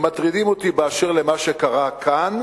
הן מטרידות אותי באשר למה שקרה כאן,